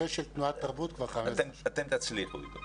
אתם תצליחו איתו.